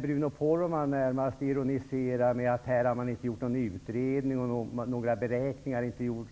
Bruno Poromaa ironiserar närmast över att någon utredning inte har gjorts, att regeringen inte gjort